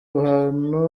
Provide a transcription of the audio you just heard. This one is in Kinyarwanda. ahantu